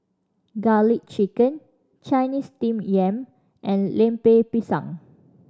Garlic Chicken Chinese Steamed Yam and Lemper Pisang